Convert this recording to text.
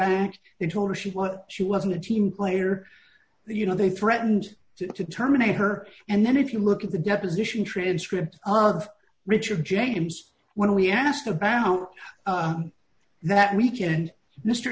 back they told her she she wasn't a team player that you know they threatened to terminate her and then if you look at the deposition transcript of richard james when we asked about that weekend mr